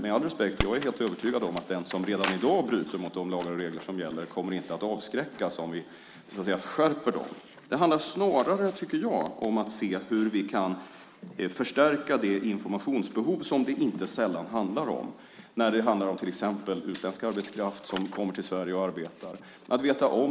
Med all respekt för det är jag dock helt övertygad om att den som redan i dag bryter mot de lagar och regler som gäller inte kommer att avskräckas om vi skärper dem. Snarare handlar det om att se hur vi kan förstärka det informationsbehov som det inte sällan handlar om, till exempel när det gäller utländsk arbetskraft som kommer till Sverige och arbetar.